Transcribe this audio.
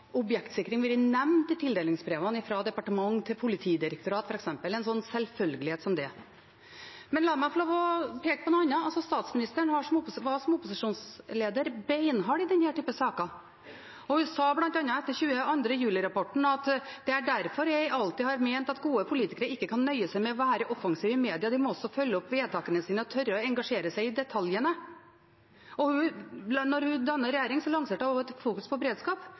nevnt i tildelingsbrevene fra departement til Politidirektoratet – en selvfølgelighet som det. La meg få lov til å peke på noe annet. Statsministeren var som opposisjonsleder beinhard i denne typen saker, og hun sa bl.a. etter 22. juli-rapporten: «Det er derfor jeg alltid har ment at gode politikere ikke kan nøye seg med å være offensive i media, de må også følge opp vedtakene sine, tørre å engasjere seg i detaljene.» Da hun dannet regjering, lanserte hun også et fokus på beredskap.